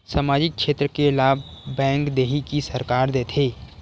सामाजिक क्षेत्र के लाभ बैंक देही कि सरकार देथे?